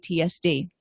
PTSD